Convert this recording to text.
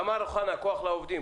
תמר אוחנה, כוח לעובדים.